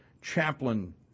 chaplain